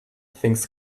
things